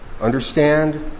understand